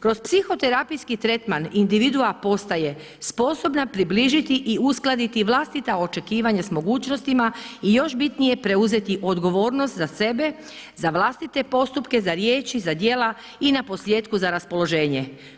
Kroz psihoterapijski tretman individua postaje sposobna približiti i uskladiti vlastita očekivanja s mogućnostima i još bitnije preuzeti odgovornost za sebe, za vlastite postupke, za riječi, za djela i na posljetku za raspoloženje.